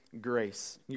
grace